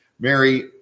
mary